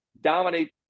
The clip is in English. dominate